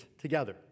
together